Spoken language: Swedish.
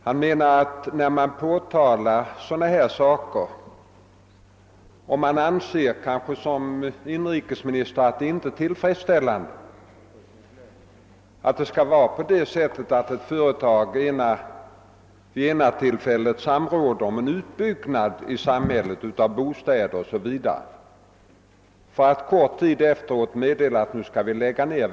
Som inrikesminister anser jag att det inte är tillfredsställande att ett företag vid ett tillfälle samråder om byggandet av bostäder osv. i ett samhälle men kort tid därefter meddelar att verksamheten skall läggas ned.